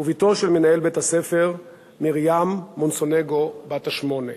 ובתו של מנהל בית-הספר מרים מונסונגו בת השמונה.